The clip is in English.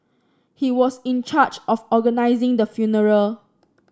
he was in charge of organising the funeral